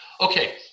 Okay